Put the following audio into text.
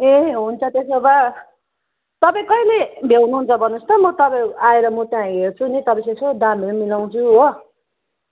ए हुन्छ त्यसो भए तपाईँ कहिले भ्याउनु हुन्छ भन्नु होस् त म तपाईँकोमा आएर म त्यहाँ हेर्छु नि तपाईँसित यसो दामहरू मिलाउँछु हो